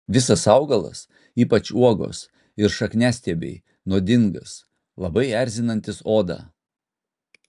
visas augalas ypač uogos ir šakniastiebiai nuodingas labai erzinantis odą